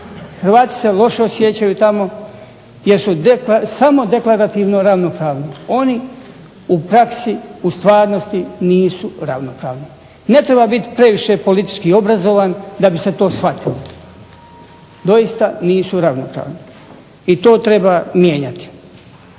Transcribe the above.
Hrvati se loše osjećaju tamo jer su samo deklarativno ravnopravni. Oni u praksi u stvarnosti nisu ravnopravni. Ne treba biti previše politički obrazovan da bi se to shvatilo. Doista nisu ravnopravni i to treba mijenjati.